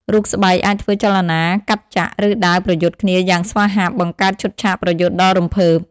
រូបស្បែកអាចធ្វើចលនាកាប់ចាក់ ឬដាវប្រយុទ្ធគ្នាយ៉ាងស្វាហាប់ បង្កើតឈុតឆាកប្រយុទ្ធដ៏រំភើប។